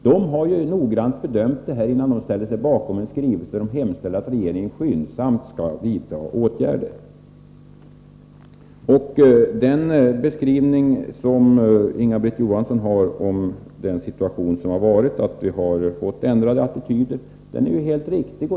De har ju noggrant bedömt saken innan de ställt sig bakom en skrivelse med hemställan att regeringen skyndsamt skall vidta åtgärder. Den beskrivning som Inga-Britt Johansson ger av den situation som har varit, att vi har fått ändrade attityder, är helt riktig.